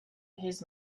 his